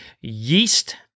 yeast